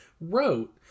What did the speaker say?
wrote